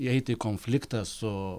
įeit į konfliktą su